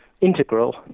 integral